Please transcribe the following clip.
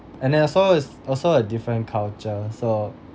and then also it's also a different culture so